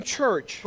church